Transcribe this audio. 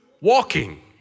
walking